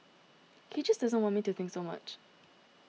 he just doesn't want me to think so much